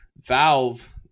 Valve